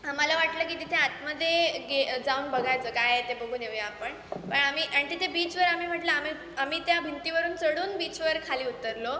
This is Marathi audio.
आम्हाला वाटलं की तिथे आतमध्ये गे जाऊन बघायचं काय आहे ते बघून येऊ या आपण पण आम्ही अन् तिथे बीचवर आम्ही म्हटलं आम्ही आम्ही त्या भिंतीवरून चढून बीचवर खाली उतरलो